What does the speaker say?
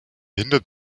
hindert